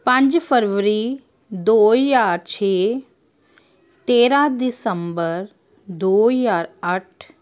ਪੰਜ ਫਰਵਰੀ ਦੋ ਹਜ਼ਾਰ ਛੇ ਤੇਰਾਂ ਦਿਸੰਬਰ ਦੋ ਹਜ਼ਾਰ ਅੱਠ